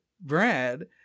brad